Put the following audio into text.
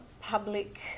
public